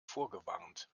vorgewarnt